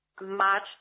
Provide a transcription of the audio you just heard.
march